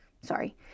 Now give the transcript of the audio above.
Sorry